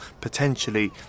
potentially